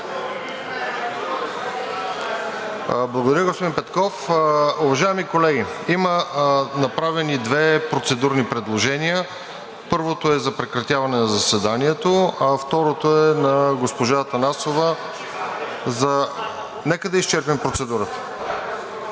Благодаря, господин Петков. Уважаеми колеги, има направени две процедурни предложения. Първото е за прекратяване на заседанието, а второто е на госпожа Атанасова… АСЕН ВАСИЛЕВ (Продължаваме